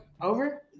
over